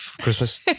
Christmas